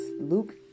Luke